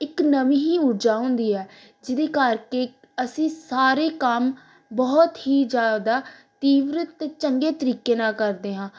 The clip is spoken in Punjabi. ਇੱਕ ਨਵੀਂ ਹੀ ਊਰਜਾ ਹੁੰਦੀ ਹੈ ਜਿਹਦੇ ਕਰਕੇ ਅਸੀਂ ਸਾਰੇ ਕੰਮ ਬਹੁਤ ਹੀ ਜ਼ਿਆਦਾ ਤੀਬਰਤਾ ਚੰਗੇ ਤਰੀਕੇ ਨਾਲ ਕਰਦੇ ਹਾਂ